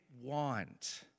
want